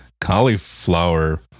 cauliflower